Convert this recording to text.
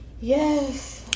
Yes